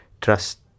trust